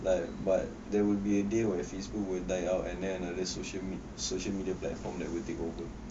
like but there will be a day where facebook will die out and then other social media social media platform that will take over